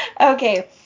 Okay